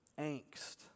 angst